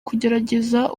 kugerageza